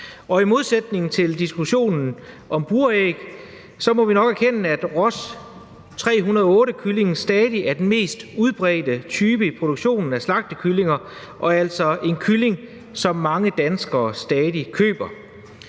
i modsætning til i diskussionen om buræg må vi nok erkende, at Ross 308-kyllingen stadig er den mest udbredte type i produktionen af slagtekyllinger og altså en kylling, som mange danskere stadig køber.